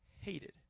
Hated